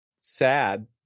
sad